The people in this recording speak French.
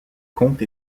comte